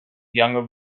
younger